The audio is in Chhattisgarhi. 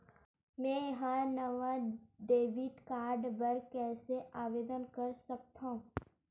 मेंहा नवा डेबिट कार्ड बर कैसे आवेदन कर सकथव?